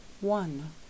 one